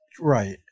Right